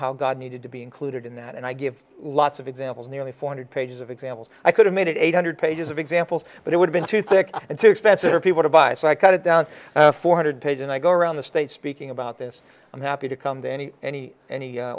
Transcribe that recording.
how god needed to be included in that and i gave lots of examples nearly four hundred pages of examples i could have made it eight hundred pages of examples but it would have been too thick and so expensive for people to buy so i cut it down to four hundred page and i go around the state speaking about this i'm happy to come to any any any